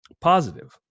positive